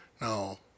No